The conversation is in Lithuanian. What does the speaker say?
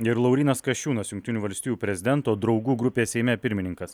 ir laurynas kasčiūnas jungtinių valstijų prezidento draugų grupės seime pirmininkas